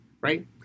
right